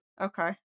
Okay